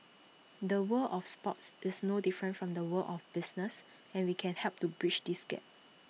the world of sports is no different from the world of business and we can help to bridge this gap